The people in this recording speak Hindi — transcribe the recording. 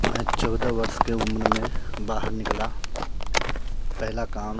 मैं चौदह वर्ष के उम्र में बाहर निकला पहला काम